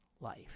life